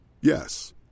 Yes